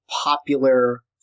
popular